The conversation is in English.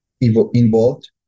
involved